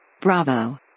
Bravo